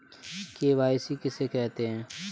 KYC किसे कहते हैं?